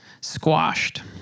squashed